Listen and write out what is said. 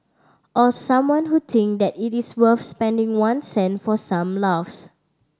or someone who think that it is worth spending one cent for some laughs